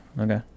okay